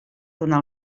donar